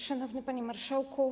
Szanowny Panie Marszałku!